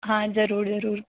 हाँ ज़रूर ज़रूर